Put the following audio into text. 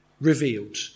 revealed